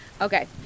Okay